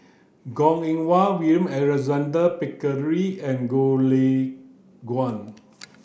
Goh Eng Wah William Alexander Pickering and Goh Lay Kuan